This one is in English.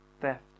theft